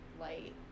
light